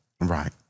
Right